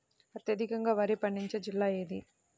అత్యధికంగా వరి పండించే జిల్లా ఏది?